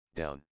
down